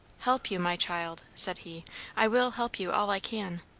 help you, my child? said he i will help you all i can.